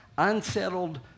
Unsettled